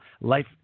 Life